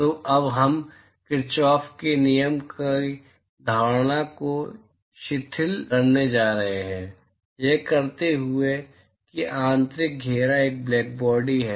तो अब हम किरचॉफ के नियम की धारणा को शिथिल करने जा रहे हैं यह कहते हुए कि आंतरिक घेरा एक ब्लैकबॉडी है